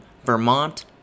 Vermont